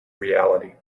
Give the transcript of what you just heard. reality